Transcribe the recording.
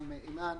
גם אימאן